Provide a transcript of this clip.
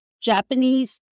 Japanese